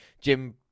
Jim